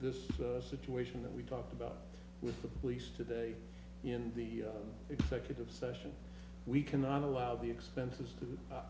this situation that we talked about with the police today in the executive session we cannot allow the expenses